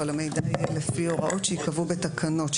אבל המידע יהיה לפי הוראות שייקבעו בתקנות,